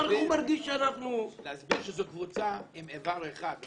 אחר כך הוא מרגיש שאנחנו --- צריך להסביר שזאת קבוצה עם אבר אחד.